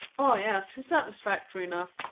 oh yes, he's satisfactory enough,